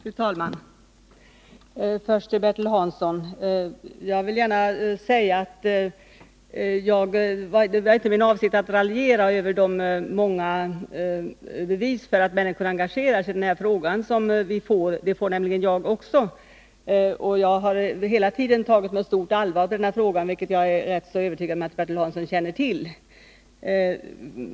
Fru talman! Först till Bertil Hansson: Jag vill gärna säga att det inte var min Måndagen den avsikt att raljera över de många bevis för att människor engagerar sig i den 27 april 1981 här frågan som vi får. Jag får nämligen också sådana bevis. Jag har hela tiden tagit denna fråga med stort allvar, vilket jag är rätt övertygad om att Bertil Hansson känner till.